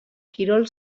kirol